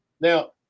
Now